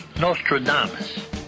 Nostradamus